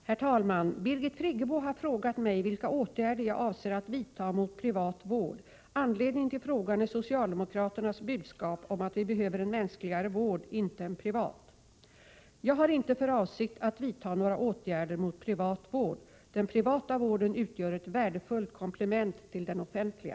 Herr talman! Birgit Friggebo har frågat mig vilka åtgärder jag avser att vidta mot privat vård. Anledningen till frågan är socialdemokraternas budskap om att vi behöver en mänskligare vård — inte en privat. Jag har inte för avsikt att vidta några åtgärder mot privat vård. Den privata vården utgör ett värdefullt komplement till den offentliga.